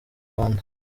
rwanda